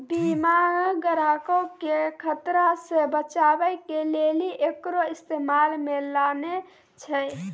बीमा ग्राहको के खतरा से बचाबै के लेली एकरो इस्तेमाल मे लानै छै